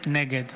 נגד